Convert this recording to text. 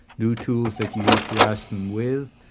new tools that you use to ask them with,